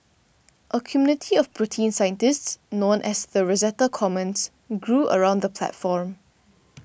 a community of protein scientists known as the Rosetta Commons grew around the platform